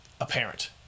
apparent